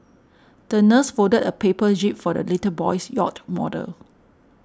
the nurse folded a paper jib for the little boy's yacht model